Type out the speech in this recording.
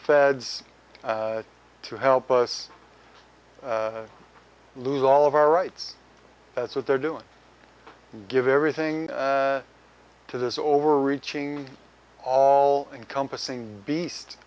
feds to help us lose all of our rights that's what they're doing give everything to this overreaching all encompassing beast